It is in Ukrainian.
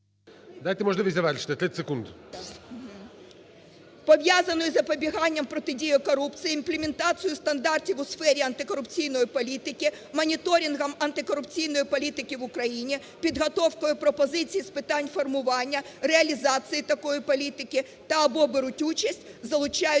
Дайте можливість завершити. 30 секунд. ТИМОШЕНКО Ю.В. "…пов'язаною з запобіганням протидії корупції, імплементацію стандартів у сфері антикорупційної політики, моніторингом антикорупційної політики в Україні, підготовкою пропозицій з питань формування, реалізації такої політики та/або беруть участь, залучаються